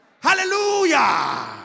Hallelujah